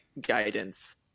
guidance